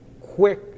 quick